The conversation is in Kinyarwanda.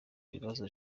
ibibazo